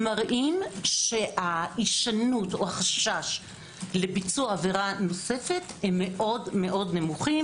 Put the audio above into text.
מראים שההישנות או החשש לביצוע עבירה נוספת הם מאוד נמוכים.